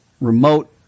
remote